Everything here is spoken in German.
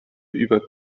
über